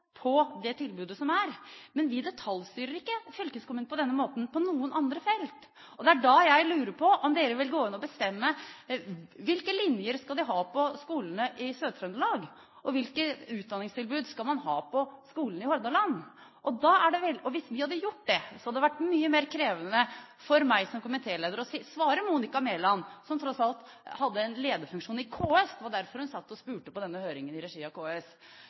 på det tilbudet som finnes. Men vi detaljstyrer ikke fylkeskommunen på denne måten på noen andre felt. Da lurer jeg på om dere vil gå inn og bestemme hvilke linjer de skal ha på skolene i Sør-Trøndelag, og hvilke utdanningstilbud man skal ha på skolene i Hordaland. Hvis vi hadde gjort det, hadde det vært mye mer krevende for meg som komitéleder å svare Monica Mæland, som tross alt hadde en lederfunksjon i KS, og det var derfor hun sa på denne høringen i regi av KS,